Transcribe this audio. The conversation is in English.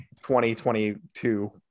2022